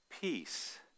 peace